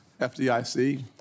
FDIC